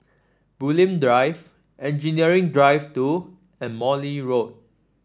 Bulim Drive Engineering Drive Two and Morley Road